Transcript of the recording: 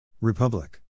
Republic